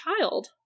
child